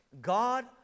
God